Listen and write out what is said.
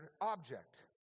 object